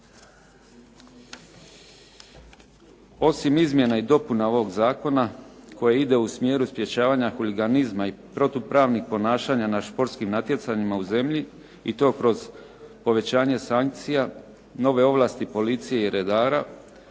Osim izmjena i dopuna ovog zakona koji ide u smjeru sprečavanja huliganizma i protupravnih ponašanja športskim natjecanjima u zemlji i to kroz povećanje sankcija nove ovlasti policije i redara,